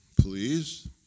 please